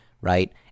right